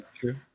true